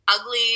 ugly